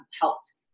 helped